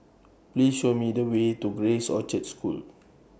Please Show Me The Way to Grace Orchard School